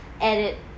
edit